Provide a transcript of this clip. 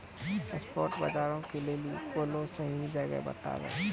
spot बजारो के लेली कोनो सही जगह बताबो